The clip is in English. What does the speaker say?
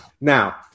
Now